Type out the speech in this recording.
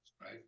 right